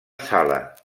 sala